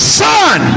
son